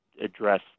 address